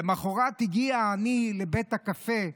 למוחרת הגיע העני לבית הקפה,